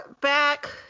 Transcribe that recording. back